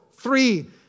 three